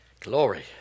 Glory